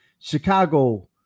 Chicago